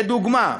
לדוגמה,